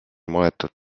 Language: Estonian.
maetud